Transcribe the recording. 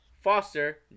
foster